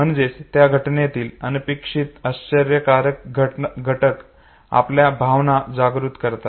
म्हणजेच त्या घटनेतील अनपेक्षित आश्चर्यकारक घटक आपल्या भावना जागृत करतात